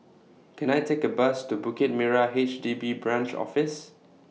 Can I Take A Bus to Bukit Merah H D B Branch Office